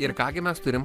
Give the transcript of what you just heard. ir ką gi mes turim